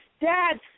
Dad